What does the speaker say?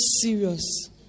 serious